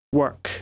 work